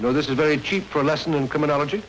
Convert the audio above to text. know this is very cheap for a lesson in criminology